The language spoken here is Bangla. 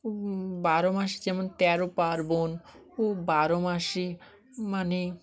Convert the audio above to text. বারো মাসে যেমন তেরো পার্বণ ও বারো মাসে মানে